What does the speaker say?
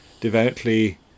devoutly